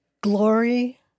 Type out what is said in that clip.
glory